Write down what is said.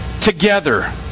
together